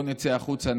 בוא נצא החוצה,